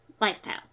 lifestyle